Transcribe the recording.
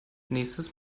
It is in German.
nächstes